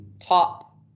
top